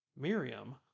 Miriam